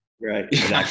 Right